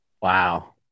Wow